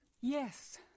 Yes